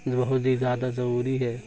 بہت ہی زیادہ ضروری ہے